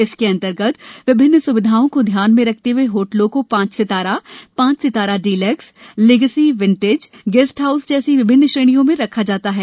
इसके अंतर्गत विभिन्न स्विधाओं को ध्यान में रखते हए होटलों को पांच सितारा पांच सितारा deluxe legacy vintage home stay guest house जैसी विभिन्न श्रेणियों में रखा जाता है